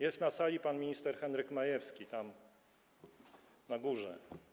Jest na sali pan minister Henryk Majewski, tam na górze.